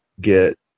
get